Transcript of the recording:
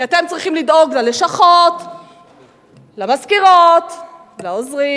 כי אתם צריכים לדאוג ללשכות, למזכירות, לעוזרים,